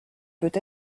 peut